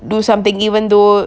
do something even though